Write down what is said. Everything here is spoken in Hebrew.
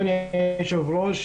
אדוני היושב-ראש,